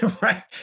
right